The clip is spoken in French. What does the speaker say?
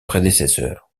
prédécesseur